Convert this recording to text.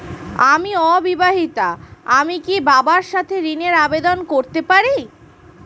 আমি অবিবাহিতা আমি কি বাবার সাথে ঋণের আবেদন করতে পারি?